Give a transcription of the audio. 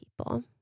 people